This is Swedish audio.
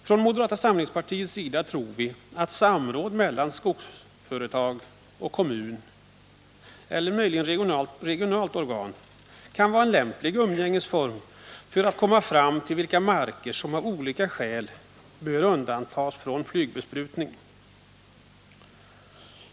Från moderata samlingspartiets sida tror vi att samråd mellan skogsägare och kommunala eller regionala organ kan vara en lämplig umgängesform för att fastställa vilka marker som av olika skäl bör undantas från flygbesprutning.